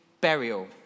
burial